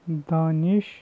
دانِش